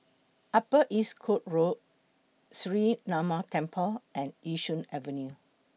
Upper East Coast Road Sree Ramar Temple and Yishun Avenue